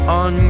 on